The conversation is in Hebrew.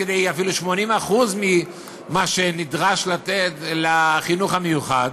עד כדי אפילו 80% ממה שנדרש לתת לחינוך המיוחד.